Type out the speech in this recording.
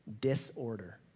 Disorder